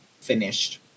finished